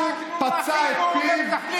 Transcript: צעקנו, מחינו ומטפלים.